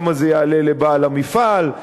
כמה זה יעלה לבעל המפעל?